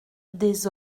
des